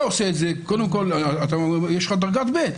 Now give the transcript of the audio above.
עושה את זה קודם כל יש לך דרגה ב'.